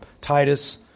Titus